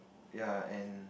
ya and